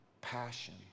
passion